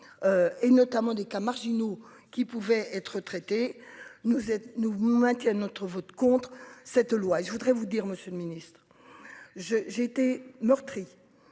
Et notamment des cas marginaux qui pouvaient être traités nous êtes nous maintient notre vote contre cette loi et je voudrais vous dire Monsieur le Ministre. Je, j'ai été meurtri